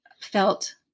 felt